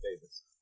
Davis